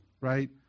right